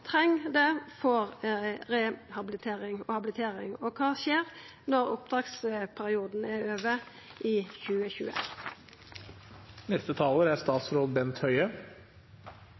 treng det, får rehabilitering og habilitering. Og kva skjer når oppdragsperioden er over i 2021? Habilitering og rehabilitering er